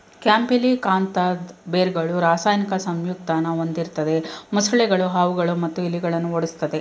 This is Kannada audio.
ಕ್ಯಾಂಪಿಲಿಕಾಂತದ್ ಬೇರ್ಗಳು ರಾಸಾಯನಿಕ ಸಂಯುಕ್ತನ ಹೊಂದಿರ್ತದೆ ಮೊಸಳೆಗಳು ಹಾವುಗಳು ಮತ್ತು ಇಲಿಗಳನ್ನ ಓಡಿಸ್ತದೆ